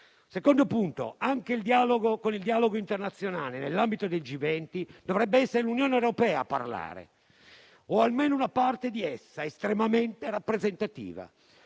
Secondo punto: anche con il dialogo internazionale nell'ambito del G20 dovrebbe essere l'Unione europea a parlare, o almeno una parte di essa estremamente rappresentativa.